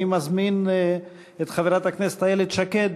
אני מזמין את חברת הכנסת איילת שקד,